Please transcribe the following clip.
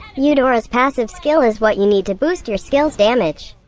eudora's passive skill is what you need to boost your skills' damage.